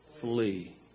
flee